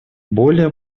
более